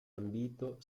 ambito